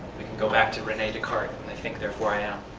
we can go back to rene descarte and i think, therefore i am.